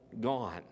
gone